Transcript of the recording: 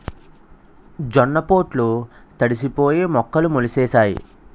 జొన్న పొట్లు తడిసిపోయి మొక్కలు మొలిసేసాయి